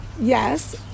yes